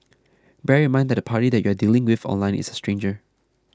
bear in mind that the party that you are dealing with online is a stranger